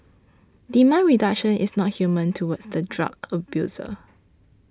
demand reduction is not inhumane towards the drug abuser